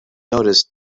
noticed